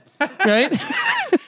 right